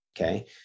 okay